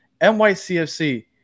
NYCFC